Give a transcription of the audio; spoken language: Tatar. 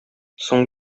соң